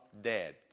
dead